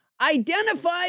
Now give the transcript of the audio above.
identify